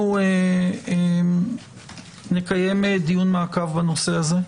אנו נקיים דיון מעקב בנושא הזה.